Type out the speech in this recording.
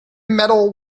medal